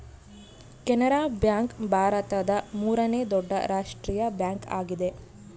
Canara bank ಭಾರತದ ಮೂರನೇ ದೊಡ್ಡ ರಾಷ್ಟ್ರೀಯ ಬ್ಯಾಂಕ್ ಆಗಿದೆ